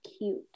cute